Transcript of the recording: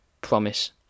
Promise